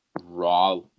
raw